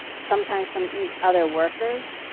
sometimes from other workers.